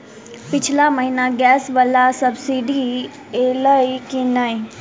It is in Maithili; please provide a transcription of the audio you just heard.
पिछला महीना गैस वला सब्सिडी ऐलई की नहि?